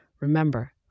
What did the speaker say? Remember